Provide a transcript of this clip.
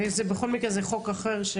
בכל מקרה, זה חוק אחר.